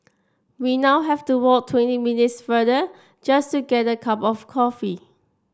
we now have to walk twenty minutes farther just to get a cup of coffee